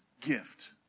gift